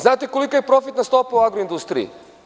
Znate li kolika je profitna stopa u agroindustriji?